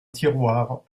tiroir